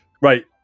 Right